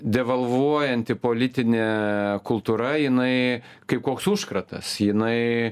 devalvuojanti politinė kultūra jinai kaip koks užkratas jinai